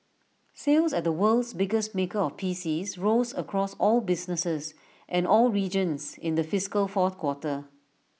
sales at the world's biggest maker of PCs rose across all businesses and all regions in the fiscal fourth quarter